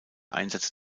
einsatz